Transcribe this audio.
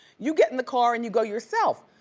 you get in the car and you go yourself.